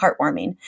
heartwarming